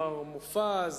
מר מופז,